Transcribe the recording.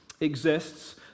exists